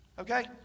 okay